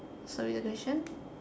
sorry your question